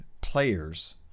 players